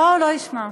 לא, הוא לא ישמע.